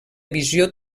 visió